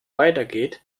weitergeht